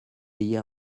hier